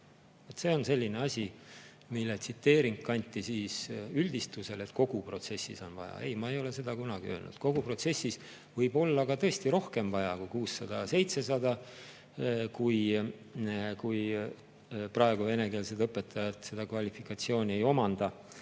See on selline asi, mille tsiteering kanti üle üldistusele, et kogu protsessis on vaja. Ei, ma ei ole seda kunagi öelnud. Kogu protsessis võib olla tõesti rohkem vaja kui 600–700, kui praegu venekeelsed õpetajad seda kvalifikatsiooni ei omanda.